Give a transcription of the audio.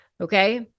Okay